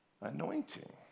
anointing